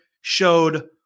showed